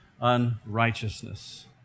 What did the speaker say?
unrighteousness